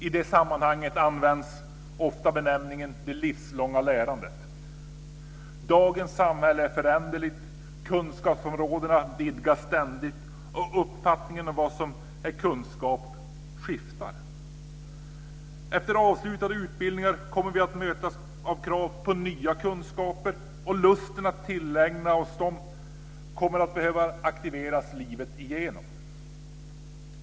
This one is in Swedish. I det sammanhanget används ofta benämningen det livslånga lärandet. Dagens samhälle är föränderligt, kunskapsområden vidgas ständigt, och uppfattningen om vad som är kunskap skiftar. Efter avslutade utbildningar kommer vi att mötas av krav på nya kunskaper och lusten att tillägna oss dem kommer att behöva aktiveras livet igenom.